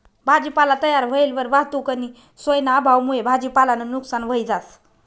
भाजीपाला तयार व्हयेलवर वाहतुकनी सोयना अभावमुये भाजीपालानं नुकसान व्हयी जास